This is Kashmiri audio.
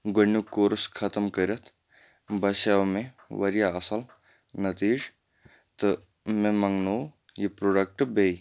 گۄڈنیُک کوٚرُس ختم کٔرِتھ باسیٛو مےٚ واریاہ اَصٕل نتیٖج تہٕ مےٚ منٛگنو یہِ پرٛوڈَکٹ بیٚیہِ